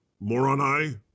Moroni